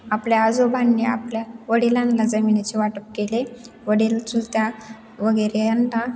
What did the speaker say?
आपल्या आजोबांनी आपल्या वडिलांला जमिनीचे वाटप केले वडील चुलत्या वगैरे यांना